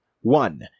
one